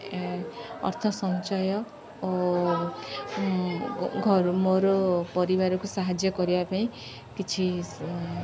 ଅର୍ଥ ସଞ୍ଚୟ ଓ ଘରୁ ମୋର ପରିବାରକୁ ସାହାଯ୍ୟ କରିବା ପାଇଁ କିଛି